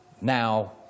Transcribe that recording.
now